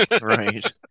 Right